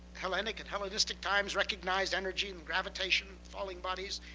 hellenic and hellenistic times recognized energy and gravitation, falling bodies,